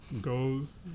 goes